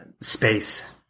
space